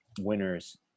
winners